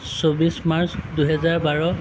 চৌবিছ মাৰ্চ দুহেজাৰ বাৰ